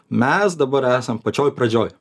mes dabar esam pačioj pradžioj